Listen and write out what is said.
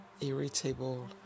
irritable